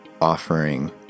offering